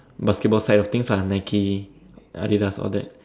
basketball side of things lah Nike Adidas all that